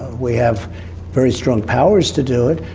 we have very strong powers to do it.